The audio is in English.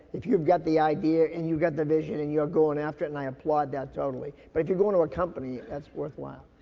if you've got the idea, and you got the vision and you're going after it and i applaud that totally. but if you're going to a company, that's worthwhile.